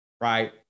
right